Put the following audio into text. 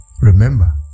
remember